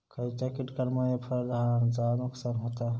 खयच्या किटकांमुळे फळझाडांचा नुकसान होता?